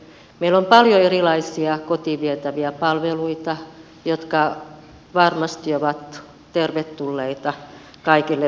meillä on paljon erilaisia kotiin vietäviä palveluita jotka varmasti ovat tervetulleita kaikille veteraaneille